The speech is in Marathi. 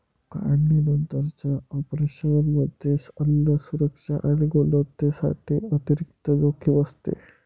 काढणीनंतरच्या ऑपरेशनमध्ये अन्न सुरक्षा आणि गुणवत्तेसाठी अतिरिक्त जोखीम असते